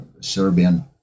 Serbian